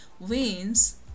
veins